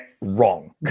Wrong